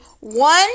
one